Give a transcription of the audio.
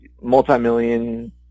multi-million